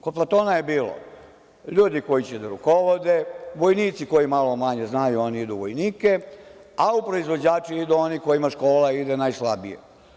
Kod Platona je to bilo ljudi koji će da rukovode, vojnici koji malo manje znaju oni idu u vojnike, a u proizvođače idu oni kojima škola ide najslabije.